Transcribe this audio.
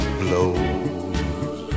blows